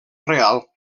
real